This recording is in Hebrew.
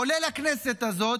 כולל הכנסת הזאת,